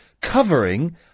covering